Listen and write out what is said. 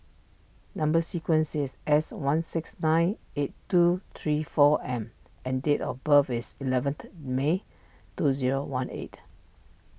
Number Sequence is S one six nine eight two three four M and date of birth is eleventh May two zero one eight